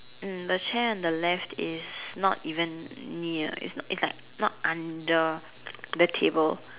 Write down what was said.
mm the chair on the left is not even near it's not it's like not under the table